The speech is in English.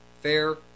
fair